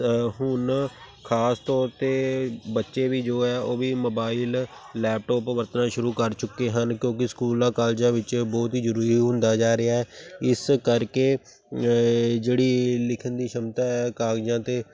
ਹੁਣ ਖਾਸ ਤੌਰ 'ਤੇ ਬੱਚੇ ਵੀ ਜੋ ਆ ਉਹ ਵੀ ਮੋਬਾਈਲ ਲੈਪਟੋਪ ਵਰਤਣਾ ਸ਼ੁਰੂ ਕਰ ਚੁੱਕੇ ਹਨ ਕਿਉਂਕਿ ਸਕੂਲਾਂ ਕਾਲਜਾਂ ਵਿੱਚ ਬਹੁਤ ਹੀ ਜ਼ਰੂਰੀ ਹੁੰਦਾ ਜਾ ਰਿਹਾ ਇਸ ਕਰਕੇ ਜਿਹੜੀ ਲਿਖਣ ਦੀ ਸ਼ਮਤਾ ਹੈ ਕਾਗਜ਼ਾਂ 'ਤੇ